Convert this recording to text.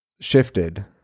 shifted